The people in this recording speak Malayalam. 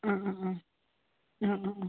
ആ ആ ആ ആ